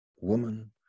woman